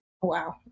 Wow